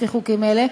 לפי חוקים אלה,